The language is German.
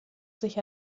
sich